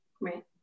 Right